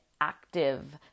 active